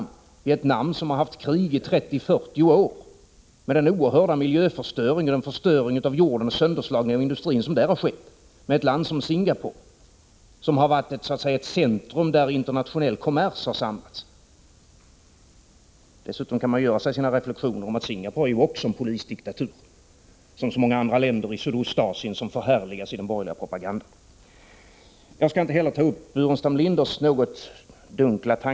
Man skall inte jämföra Vietnam, som har haft krig i 30-40 år, med den oerhörda miljöförstöring och den förstöring av jorden samt sönderslagning av industrin som då har skett, och Singapore, som varit så att säga ett centrum där internationell kommers har samlats. Dessutom kan man göra vissa reflexioner kring det förhållandet, att Singapore är en polisdiktatur, liksom så många andra länder i Sydostasien som förhärligas i den borgerliga propagandan. Jag skall inte ta upp Burenstam Linders högst dunkla tankegång.